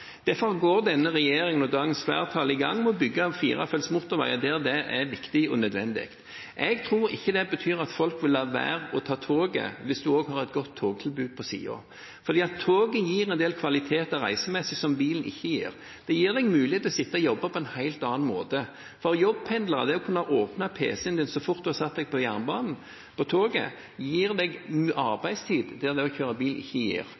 Derfor går denne regjeringen og dagens flertall i gang med å bygge firefelts motorvei der det er viktig og nødvendig. Jeg tror ikke det betyr at folk vil la være å ta toget, hvis man også har et godt togtilbud på siden, for toget gir en del kvaliteter på reisen som bilen ikke gir. Det gir deg muligheten til å sitte og jobbe på en helt annen måte. For jobbpendlere å kunne åpne pc-en sin så fort de er på toget, gir arbeidstid som bil ikke gir. Men bilen gir en fleksibilitet som toget ikke gir.